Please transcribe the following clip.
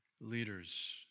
leaders